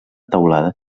teulada